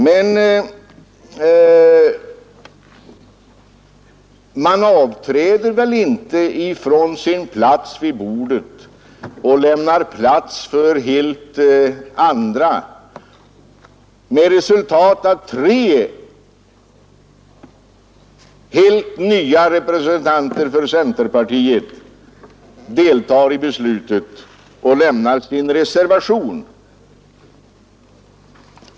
Men man avträder väl inte från sina platser vid bordet och lämnar dem åt helt andra personer, med resultat att tre helt nya representanter för centerpartiet deltar i beslutet och lämnar sin reservation.